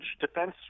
defense